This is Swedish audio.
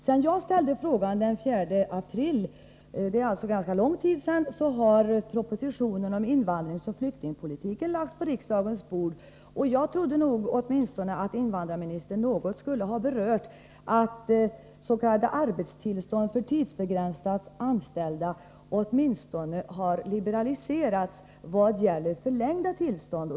Sedan jag framställde min fråga den 4 april — alltså för ganska lång tid sedan —har propositionen om invandringsoch flyktingpolitiken lagts på riksdagens bord. Jag trodde således att invandrarministern i alla fall något skulle beröra detta med att ss.k. arbetstillstånd för tidsbegränsat anställda har liberaliserats åtminstone vad gäller förlängda tillstånd.